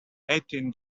eighteen